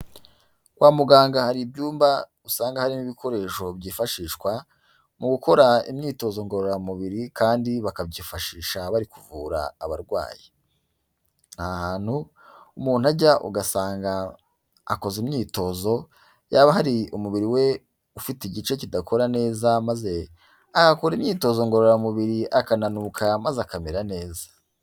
Kwa muganga hari ibyumba usanga harimo ibikoresho byifashishwa mu gukora imyitozo ngororamubiri kandi bakabyifashisha bari kuvura abarwayi. Ni ahantu umuntu ajya ugasanga akoze imyitozo, yaba hari umubiri we ufite igice kidakora neza maze agakora imyitozo ngororamubiri, akananuka maze akamera neza.